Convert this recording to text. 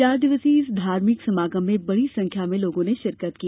चार दिवसीय इस धार्मिक समागम में बड़ी संख्या में लोगों ने शिरकत की